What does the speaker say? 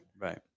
Right